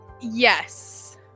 Yes